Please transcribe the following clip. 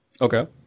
Okay